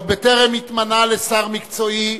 עוד בטרם התמנה לשר מקצועי,